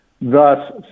thus